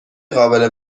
قابل